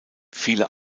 viele